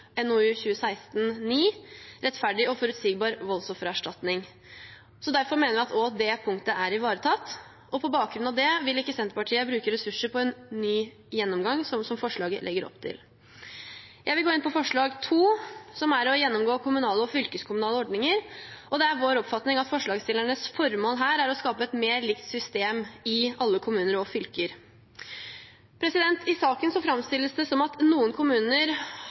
NOU 2016:9 Rettferdig og forutsigbar – voldsskadeerstatning. Derfor mener vi at også det punktet er ivaretatt. På bakgrunn av det vil ikke Senterpartiet bruke ressurser på en ny gjennomgang, som forslaget legger opp til. Jeg vil gå inn på forslag nr. 2, som gjelder å gjennomgå kommunale og fylkeskommunale ordninger. Det er vår oppfatning at forslagsstillernes formål her er å skape et mer likt system i alle kommuner og fylker. I saken framstilles det som at det i noen kommuner utbetales erstatning dersom kommunen har gjort en feil, mens man i andre kommuner